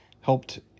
helped